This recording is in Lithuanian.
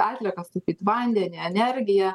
atliekas taupyt vandenį energiją